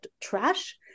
trash